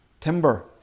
timber